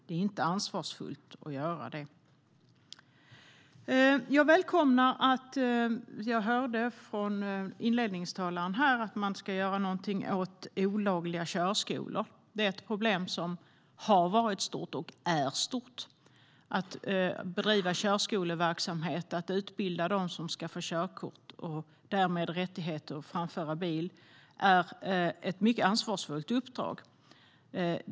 Det är inte ansvarsfullt. Jag hörde inledningstalaren tala om att göra något åt olagliga körskolor. Det är ett problem som har varit stort och är stort. Att bedriva körskoleverksamhet, att utbilda dem som ska ta körkort och därmed få rätt att framföra bil, är ett mycket ansvarsfullt uppdrag.